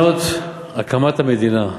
שנות הקמת המדינה,